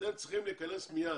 הסוכנות צריכה להיכנס מייד.